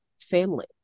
family